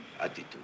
attitude